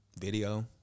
video